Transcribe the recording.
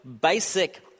basic